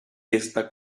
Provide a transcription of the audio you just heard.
esta